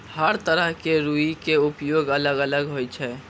हर तरह के रूई के उपयोग अलग अलग होय छै